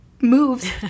moves